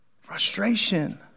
frustration